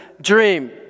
dream